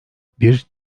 bir